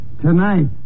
Tonight